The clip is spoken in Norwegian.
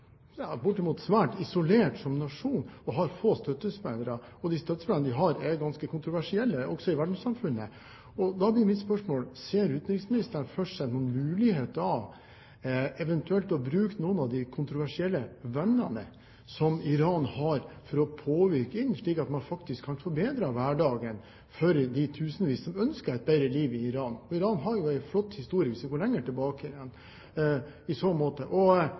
ganske kontroversielle, også i verdenssamfunnet. Da blir mitt spørsmål: Ser utenriksministeren for seg noen mulighet til eventuelt å bruke noen av de kontroversielle vennene som Iran har, for å påvirke, slik at man faktisk kan forbedre hverdagen for de tusenvis som ønsker et bedre liv i Iran? Iran har jo en flott historie hvis vi går lenger tilbake i så måte.